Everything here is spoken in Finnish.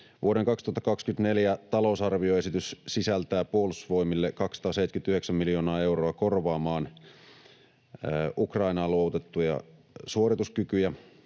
Vuoden 2024 talousarvioesitys sisältää Puolustusvoimille 279 miljoonaa euroa korvaamaan Ukrainaan luovutettuja suorituskykyjä.